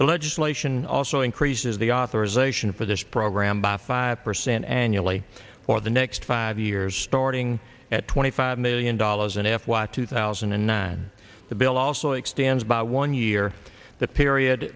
the legislation also increases the authorization for this program by five percent annually for the next five years starting at twenty five million dollars and half what two thousand and nine the bill also expands by one year the period